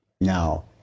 Now